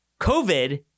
COVID